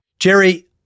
Jerry